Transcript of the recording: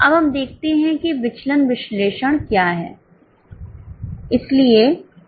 अब हम देखते हैं कि विचलन विश्लेषण क्या है